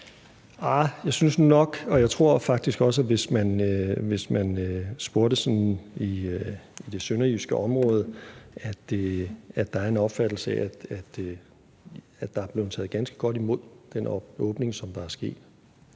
jeg tror faktisk, at hvis man spurgte sådan i det sønderjyske område, så ville man få den opfattelse, at der er blevet taget ganske godt imod den åbning, som er sket.